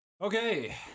Okay